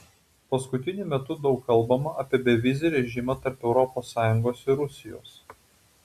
paskutiniu metu daug kalbama apie bevizį režimą tarp europos sąjungos ir rusijos